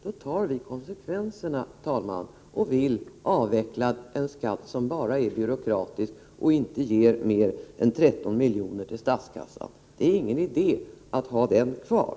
Då tar vi konsekvenserna, herr talman, och vill avveckla en skatt som bara är byråkratisk och inte ger mer än 13 miljoner till statskassan. Det är ingen idé att ha den kvar.